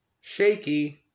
shaky